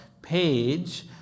page